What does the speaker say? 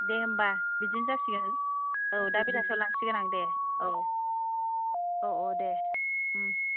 दे होनबा बिदिनो जासिगोन औ दा बेलासेआव लांसिगोन आं दे औ औ औ दे